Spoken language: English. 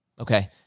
Okay